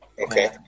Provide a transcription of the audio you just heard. okay